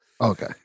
Okay